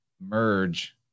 merge